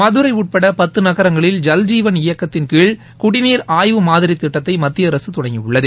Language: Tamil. மதுரை உட்பட பத்து நகரங்களில் ஜல்ஜீவன் இயக்கத்தின்கீழ் குடிநீர் ஆய்வு மாதிரி திட்டத்தை மத்திய அரசு தொடங்கி உள்ளது